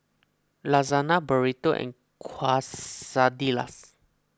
Lasagna Burrito and Quesadillas